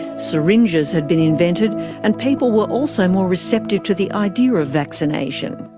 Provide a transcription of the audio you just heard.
syringes had been invented and people were also more receptive to the idea of vaccination.